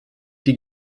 die